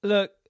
Look